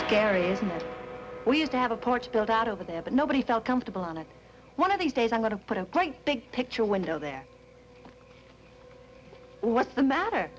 if we had to have a porch built out over there but nobody felt comfortable on it one of these days i'm going to put a quite big picture window there what's the matter